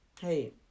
Hey